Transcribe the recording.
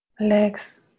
legs